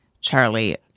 Charlie